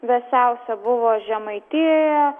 vėsiausia buvo žemaitijoje